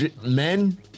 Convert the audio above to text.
Men